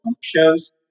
shows